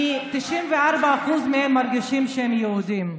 94% מהם מרגישים שהם יהודים,